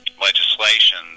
legislation